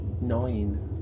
Nine